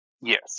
Yes